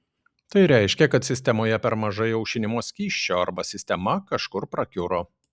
tai reiškia kad sistemoje per mažai aušinimo skysčio arba sistema kažkur prakiuro